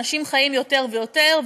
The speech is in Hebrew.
אנשים חיים יותר ויותר,